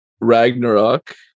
Ragnarok